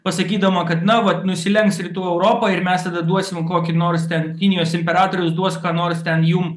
pasakydama kad na vat nusilenks rytų europa ir mes tada duosim kokį nors ten kinijos imperatorius duos ką nors ten jum